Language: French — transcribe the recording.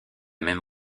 même